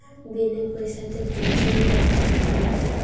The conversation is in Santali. ᱵᱤᱱᱟᱹ ᱯᱚᱭᱥᱟᱛᱮ ᱠᱳᱪᱤᱝ ᱮ ᱮᱢᱟᱠᱚ ᱠᱟᱱᱟᱭ